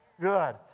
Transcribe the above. Good